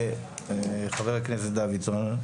חבר הכנסת דוידסון,